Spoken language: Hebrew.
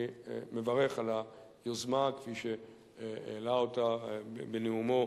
אני מברך על היוזמה כפי שהעלה אותה בנאומו